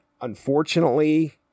unfortunately